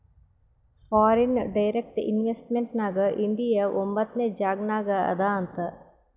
foreign direct investment ನಾಗ್ India ಒಂಬತ್ನೆ ಜಾಗನಾಗ್ ಅದಾ ಅಂತ್